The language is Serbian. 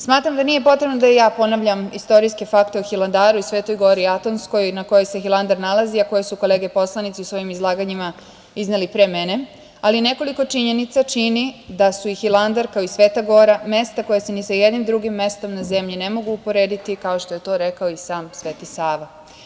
Smatram da nije potrebno da i ja ponavljam istorijski fakto o Hilandaru i Svetoj gori Atonskoj na kojoj se Hilandar nalazi, a koje su kolege poslanici u svojim izlaganjima izneli pre mene, ali nekoliko činjenica čini da su i Hilandar kao i Sveta gora mesta koja se ni sa jednim drugim mestom na zemlji ne mogu uporediti, kao što je to rekao i sam Sveti Sava.